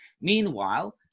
Meanwhile